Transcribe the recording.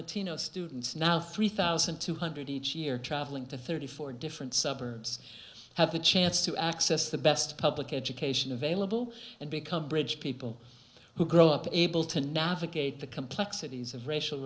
latino students now three thousand two hundred each year travelling to thirty four different suburbs have the chance to access the best public education available and become bridge people who grow up in a able to navigate the complexities of racial